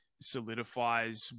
solidifies